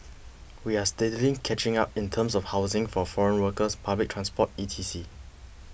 we are steadily catching up in terms of housing for foreign workers public transport E T C